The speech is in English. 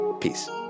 Peace